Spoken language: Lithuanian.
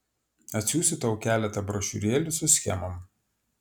atsiųsiu tau keletą brošiūrėlių su schemom